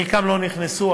בחלקן לא נכנסו,